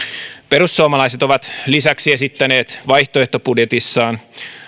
perussuomalaiset ovat lisäksi esittäneet vaihtoehtobudjetissaan